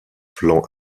plans